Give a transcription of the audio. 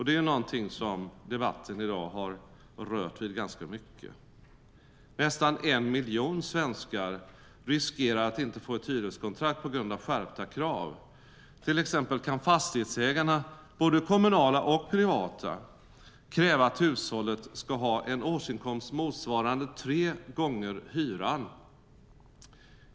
Det är någonting som debatten i dag har rört vid ganska mycket. Nästan en miljon svenskar riskerar att inte få ett hyreskontrakt på grund av skärpta krav. Till exempel kan fastighetsägarna, både kommunala och privata, kräva att hushållet ska ha en årsinkomst motsvarande tre gånger hyran.